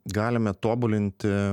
galime tobulinti